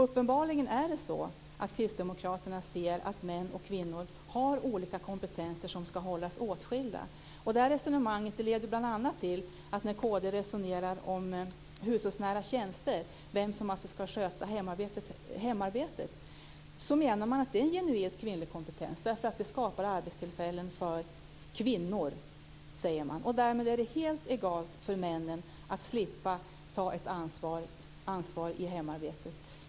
Uppenbarligen är det så att Kristdemokraterna ser att män och kvinnor har olika kompetenser som ska hållas åtskilda. Det resonemanget leder bl.a. till att när kd resonerar om hushållsnära tjänster, vem som ska sköta hemmaarbetet, menar man att det är en genuint kvinnlig kompetens därför att det skapar arbetstillfällen för kvinnor, säger man. Därmed är det helt egalt för män att slippa ta ett ansvar för hemmaarbetet.